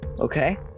Okay